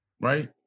right